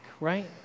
right